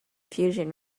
fusion